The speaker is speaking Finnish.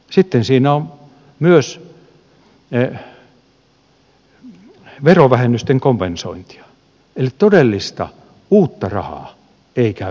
sitten siinä on myös verovähennysten kompensointia eli todellista uutta rahaa ei käytännössä ole